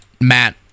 Matt